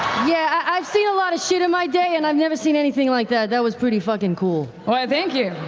yeah, i've seen a lot of shit in my day, and i've never seen anything like that, that was pretty fucking cool. marisha why thank you,